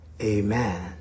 amen